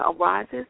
arises